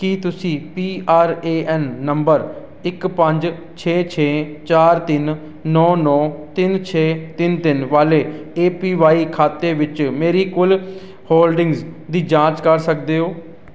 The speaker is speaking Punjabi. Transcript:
ਕੀ ਤੁਸੀਂ P R A N number ਇੱਕ ਪੰਜ ਛੇ ਛੇ ਚਾਰ ਤਿੰਨ ਨੌ ਨੌ ਤਿੰਨ ਛੇ ਤਿੰਨ ਤਿੰਨ ਵਾਲੇ ਏ ਪੀ ਵਾਈ ਖਾਤੇ ਵਿੱਚ ਮੇਰੀ ਕੁੱਲ ਹੋਲਡਿੰਗਜ਼ ਦੀ ਜਾਂਚ ਕਰ ਸਕਦੇ ਹੋ